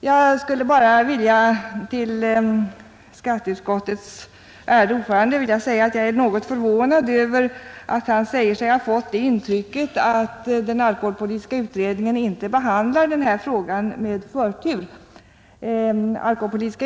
Jag skulle bara vilja till skatteutskottets ärade ordförande säga att jag är något förvånad över att han säger sig ha fått det intrycket att den alkoholpolitiska utredningen inte behandlar denna fråga med förtur.